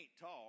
talk